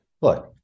look